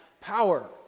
power